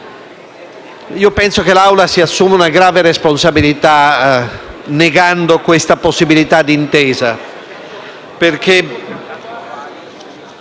Io penso che l'Assemblea si assuma una grave responsabilità negando questa possibilità d'intesa.